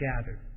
gathered